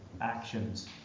actions